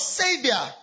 savior